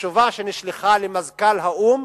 התשובה שנשלחה למזכ"ל האו"ם